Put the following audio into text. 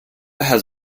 has